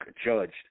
judged